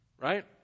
Right